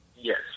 Yes